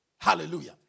Hallelujah